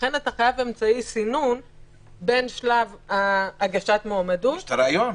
ולכן אתה חייב אמצעי סינון בין שלב הגשת המועמדות --- יש ראיון.